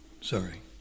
Sorry